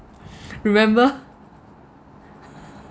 remember